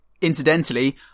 Incidentally